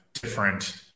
different